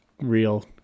real